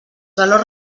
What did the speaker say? valors